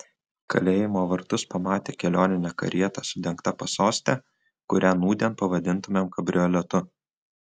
kalėjimo vartus pamatė kelioninę karietą su dengta pasoste kurią nūdien pavadintumėm kabrioletu